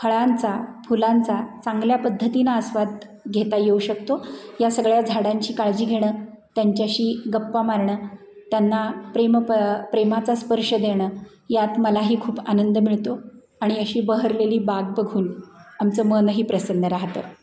फळांचा फुलांचा चांगल्या पद्धतीनं आस्वाद घेता येऊ शकतो या सगळ्या झाडांची काळजी घेणं त्यांच्याशी गप्पा मारणं त्यांना प्रेम प प्रेमाचा स्पर्श देणं यात मलाही खूप आनंद मिळतो आणि अशी बहरलेली बाग बघून आमचं मनही प्रसन्न राहतं